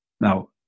now